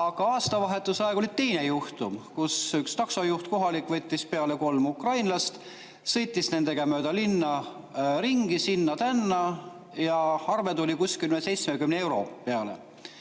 Aga aastavahetuse aegu oli teine juhtum, kui üks kohalik taksojuht võttis peale kolm ukrainlast, sõitis nendega mööda linna ringi, sinna-tänna, ja arve tuli umbes 70 eurot.